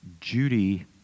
Judy